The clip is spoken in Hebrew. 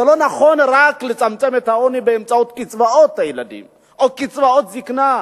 זה לא נכון לצמצם את העוני רק באמצעות קצבאות ילדים או קצבאות זיקנה.